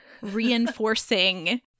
reinforcing